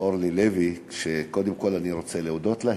אורלי לוי, וקודם כול אני רוצה להודות לה.